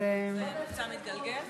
זה מבצע מתגלגל?